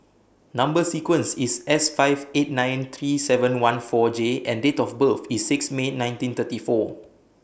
Number sequence IS S five eight nine three seven one four J and Date of birth IS six May nineteen thirty four